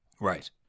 Right